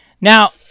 Now